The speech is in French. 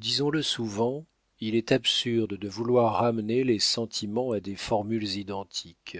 disons-le souvent il est absurde de vouloir ramener les sentiments à des formules identiques